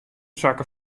sakke